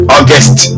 August